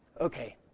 okay